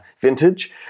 vintage